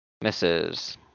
Misses